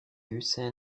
hussein